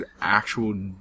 actual